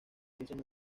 ciencias